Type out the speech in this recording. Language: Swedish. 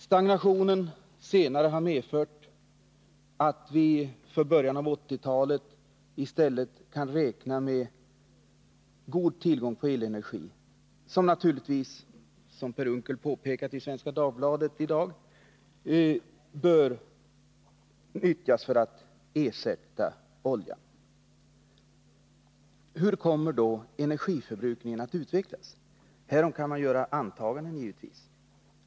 Stagnationen senare har medfört att vi för början av 1980-talet i stället kan räkna med god tillgång på elenergi, som naturligtvis — som Per Unckel påpekat i Svenska Dagbladet i dag — bör nyttjas för att ersätta olja. Hur kommer då energiförbrukningen att utvecklas? Härom kan man givetvis göra antaganden.